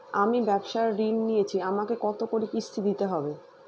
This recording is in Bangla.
আমি ব্যবসার ঋণ নিয়েছি আমাকে কত করে কিস্তি দিতে হবে?